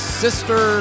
sister